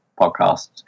podcasts